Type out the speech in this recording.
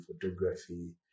photography